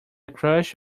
crush